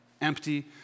empty